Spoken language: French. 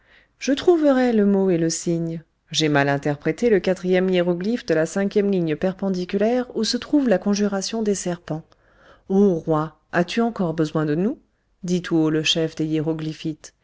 je trouverai le mot et le signe j'ai mal interprété le quatrième hiéroglyphe de la cinquième ligne perpendiculaire où se trouve la conjuration des serpents ô roi as-tu encore besoin de nous dit tout haut le chef des hiéroglyphites